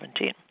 2017